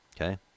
Okay